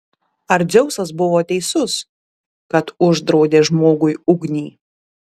ar dzeusas buvo teisus kad uždraudė žmogui ugnį